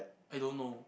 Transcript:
I don't know